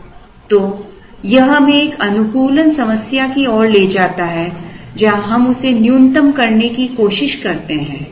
तो यह हमें एक अनुकूलन समस्या की ओर ले जाता है जहाँ हम उसे न्यूनतम करने की कोशिश करते हैं